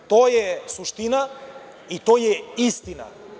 To je suština i to je istina.